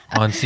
on